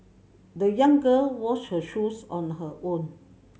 the young girl washed her shoes on her own